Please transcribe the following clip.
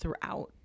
throughout